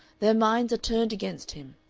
their minds are turned against him.